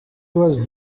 was